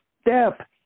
step